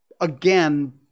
again